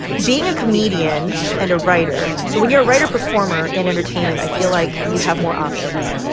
being a comedian and a writer so when you're a writer-performer in entertainment, i feel like you have more options.